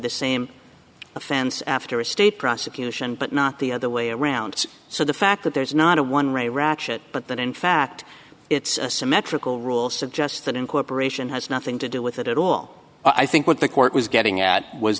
the same offense after a state prosecution but not the other way around so the fact that there's not a one ray ratchet but that in fact it's a symmetrical rule suggests that incorporation has nothing to do with it at all i think what the court was getting at was